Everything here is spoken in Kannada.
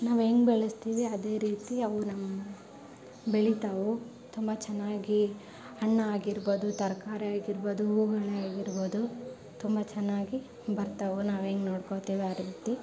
ನಾವು ಹೇಗ್ ಬೆಳೆಸ್ತೀವಿ ಅದೇ ರೀತಿ ಅವು ನಮ್ಮ ಬೆಳೀತಾವು ತುಂಬ ಚೆನ್ನಾಗಿ ಹಣ್ಣು ಆಗಿರ್ಬೋದು ತರಕಾರಿ ಆಗಿರ್ಬೋದು ಹೂವುಗಳೇ ಆಗಿರ್ಬೋದು ತುಂಬ ಚೆನ್ನಾಗಿ ಬರ್ತಾವು ನಾವು ಹೇಗ್ ನೋಡ್ಕೋತೀವಿ ಅದೇ ರೀತಿ